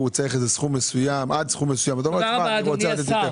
צריך איזה סכום מסוים עד סכום מסוים -- תודה רבה אדוני השר.